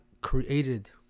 created